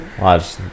Watch